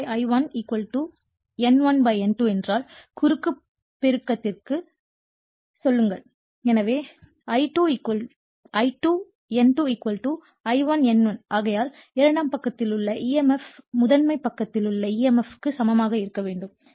I2 I1 N1 N2 என்றால் குறுக்கு பெருக்கத்திற்கு செல்லுங்கள் எனவே I2 N2 I1 N1 ஆகையால் இரண்டாம் பக்கத்தில் உள்ள EMF முதன்மை பக்கத்தில் உள்ள EMF க்கு சமமாக இருக்க வேண்டும்